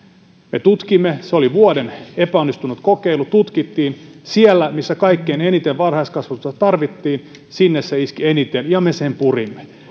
me tutkimme se oli vuoden epäonnistunut kokeilu tutkittiin siellä missä kaikkein eniten varhaiskasvatusta tarvittiin sinne se iski eniten ja me sen purimme